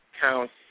counts